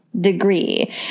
degree